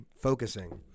focusing